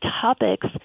topics